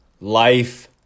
life